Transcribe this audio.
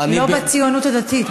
לא בציונות הדתית.